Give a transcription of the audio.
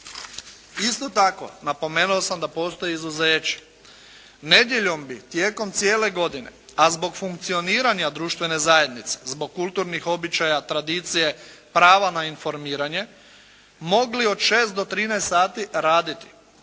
Isto tako napomenuo sam da postoji izuzeće. Nedjeljom bi tijekom cijele godine, a zbog funkcioniranja društvene zajednice, zbog kulturnih običaja, tradicije, prava na informiranje mogli od 6 do 13 sati raditi